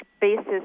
basis